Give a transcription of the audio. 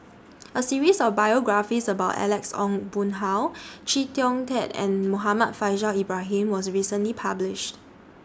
A series of biographies about Alex Ong Boon Hau Chee Kong Tet and Muhammad Faishal Ibrahim was recently published